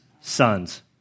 sons